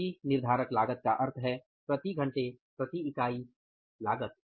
प्रति निर्धारक लागत का अर्थ है प्रति घंटे प्रति इकाई लागत